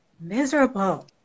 miserable